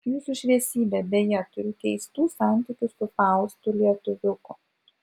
jūsų šviesybe beje turiu keistų santykių su faustu lietuviuku